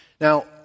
Now